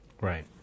Right